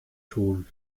tun